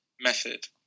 method